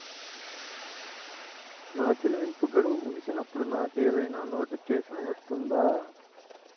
నా చెల్లింపు గడువు ముగిసినప్పుడు నాకు ఏదైనా నోటిఫికేషన్ వస్తుందా?